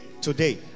today